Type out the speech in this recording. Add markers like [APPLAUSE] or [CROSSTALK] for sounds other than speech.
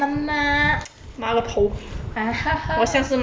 [LAUGHS]